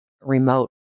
remote